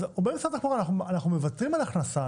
אז אומרים במשרד התחבורה: אנחנו מוותרים על ההכנסה,